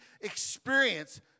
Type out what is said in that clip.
experience